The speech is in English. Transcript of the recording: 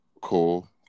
Cool